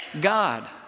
God